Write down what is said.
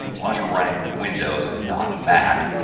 as long as you're running windows and not mac,